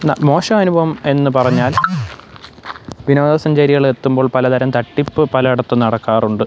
ന മോശം അനുഭവം എന്ന് പറഞ്ഞാൽ വിനോദസഞ്ചാരികൾ എത്തുമ്പോൾ പലതരം തട്ടിപ്പ് പല ഇടത്ത് നടക്കാറുണ്ട്